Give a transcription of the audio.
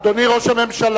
אדוני ראש הממשלה,